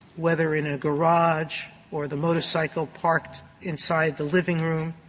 whether in a garage or the motorcycle parked inside the living room?